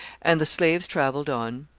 and the slaves travelled on.